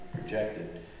projected